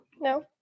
No